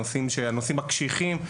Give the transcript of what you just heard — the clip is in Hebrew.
הנושאים הקשיחים,